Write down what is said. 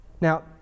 Now